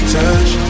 touch